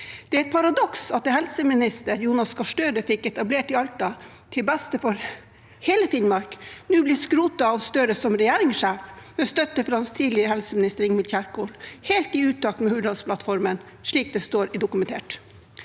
Det er et paradoks at det helseminister Jonas Gahr Støre fikk etablert i Alta, til beste for hele Finnmark, nå blir skrotet av Støre som regjeringssjef med støtte fra hans tidligere helseminister Ingvild Kjerkol, helt i utakt med Hurdalsplattformen, slik det står dokumentert.